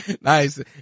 Nice